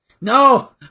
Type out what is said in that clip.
No